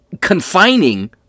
confining